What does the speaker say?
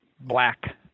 black